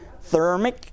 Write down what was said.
Thermic